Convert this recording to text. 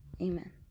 Amen